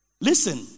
Listen